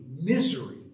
Misery